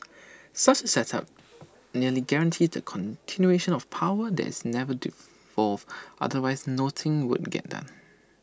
such A setup nearly guarantees the continuation of power that is never devolved otherwise nothing would get done